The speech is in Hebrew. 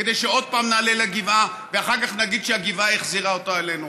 כדי שעוד פעם נעלה לגבעה ואחר כך נגיד שהגבעה החזירה אותו אלינו.